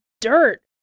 dirt